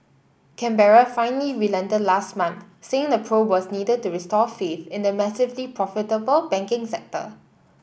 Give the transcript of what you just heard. Canberra finally relented last month saying the probe was needed to restore faith in the massively profitable banking sector